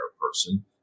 person